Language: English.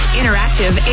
interactive